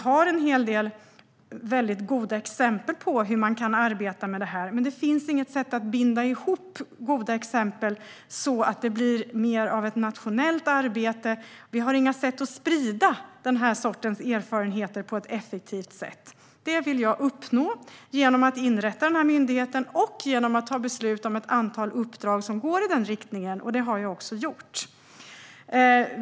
Det finns en del goda exempel på hur man kan arbeta med detta, men det finns inget sätt att binda ihop goda exempel så att det blir mer av ett nationellt arbete. Det finns inga sätt att sprida den sortens erfarenheter på ett effektivt sätt. Det vill jag uppnå genom att inrätta myndigheten och genom att fatta beslut om ett antal uppdrag som går i den riktningen - och det har jag också gjort.